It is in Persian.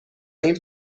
این